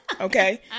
okay